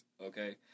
Okay